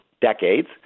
decades